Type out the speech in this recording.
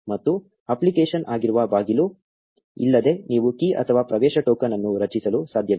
ಮತ್ತು ಅಪ್ಲಿಕೇಶನ್ ಆಗಿರುವ ಬಾಗಿಲು ಇಲ್ಲದೆ ನೀವು ಕೀ ಅಥವಾ ಪ್ರವೇಶ ಟೋಕನ್ ಅನ್ನು ರಚಿಸಲು ಸಾಧ್ಯವಿಲ್ಲ